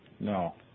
No